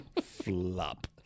flop